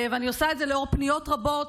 אני עושה את זה לאור פניות רבות,